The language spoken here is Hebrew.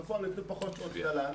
ובפועל ניתנו פחות שעות תל"ן.